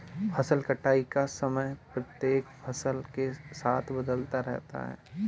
फसल कटाई का समय प्रत्येक फसल के साथ बदलता रहता है